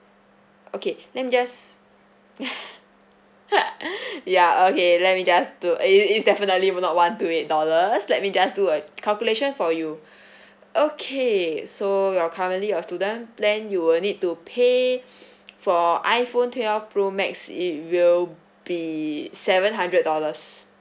okay let me just ya okay let me just do you you definitely would not one two eight dollars let me just do a calculation for you okay so you're currently a student plan you will need to pay for iphone twelve pro max it will be seven hundred dollars